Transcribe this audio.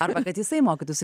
arba kad jisai mokytųsi